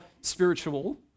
spiritual